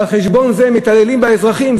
ועל חשבון זה הם מתעללים באזרחים,